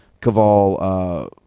Caval